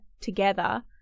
together